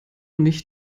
nicht